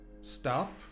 stop